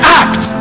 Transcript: act